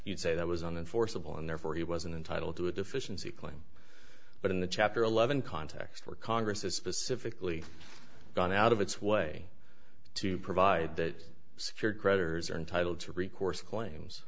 you'd say that was on the forcible and therefore he wasn't entitled to a deficiency claim but in the chapter eleven context where congress is specifically gone out of its way to provide that secured creditors are entitled to recourse claims